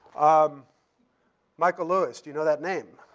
um michael lewis. do you know that name?